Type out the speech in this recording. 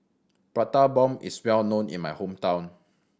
Prata Bomb is well known in my hometown